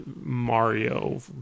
Mario